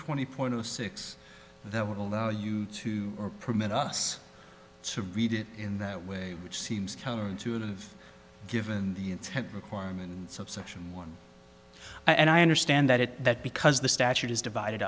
twenty point zero six that would allow you to permit us to read it in that way which seems counterintuitive given the requirements of section one and i understand that it that because the statute is divided